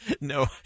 No